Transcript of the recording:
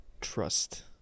trust